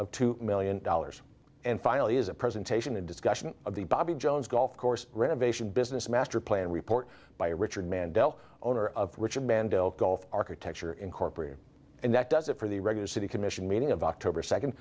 of two million dollars and finally is a presentation a discussion of the bobby jones golf course renovation business master plan report by richard mandel owner of richard mandel golf architecture incorporated and that does it for the regular city commission meeting of october second